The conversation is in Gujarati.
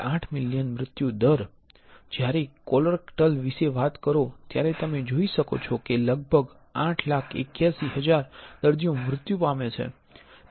8 મિલિયન મૃત્યુ જ્યારે કોલોરેક્ટલ વિશે વાત કરો ત્યારે તમે જોઈ શકો છો કે લગભગ 881000 દર્દીઓ મૃત્યુ પામે છે